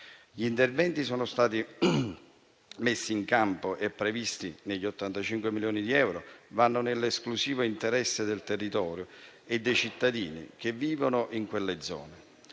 Gli interventi che sono stati messi in campo e previsti negli 85 milioni di euro vanno nell'esclusivo interesse del territorio e dei cittadini che vivono in quelle zone.